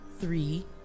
three